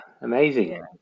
amazing